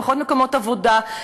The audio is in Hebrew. פחות מקומות עבודה,